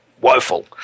woeful